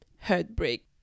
heartbreak